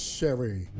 Sherry